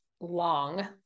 long